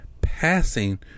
passing